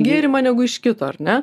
gėrimą negu iš kito ar ne